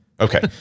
Okay